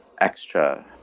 extra